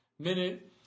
Minute